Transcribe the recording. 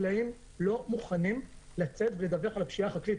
חקלאים לא מוכנים לצאת ולדווח על הפשיעה החקלאית,